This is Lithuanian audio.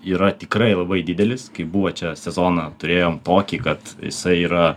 yra tikrai labai didelis kaip buvo čia sezoną turėjom tokį kad jisai yra